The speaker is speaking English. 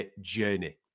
journey